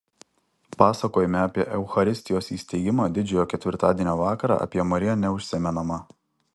pasakojime apie eucharistijos įsteigimą didžiojo ketvirtadienio vakarą apie mariją neužsimenama